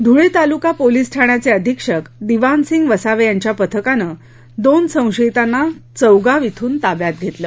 धुळे तालुका पोलीस ठाण्याचे अधीक्षक दिवानसिंग वसावे यांच्या पथकान दोन संशयितांना चौगाव ध्रिन ताब्यात घेतलं